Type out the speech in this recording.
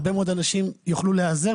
הרבה מאוד אנשים יוכלו לעשות זאת.